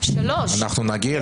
אנחנו נגיע לשם.